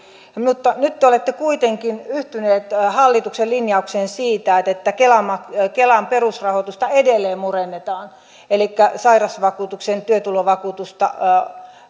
mutta nyt te olette kuitenkin yhtyneet hallituksen linjaukseen siitä että kelan perusrahoitusta edelleen murennetaan elikkä sairausvakuutuksen työtulovakuutusta